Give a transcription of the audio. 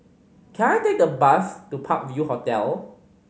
can I take the bus to Park View Hotel